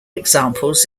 examples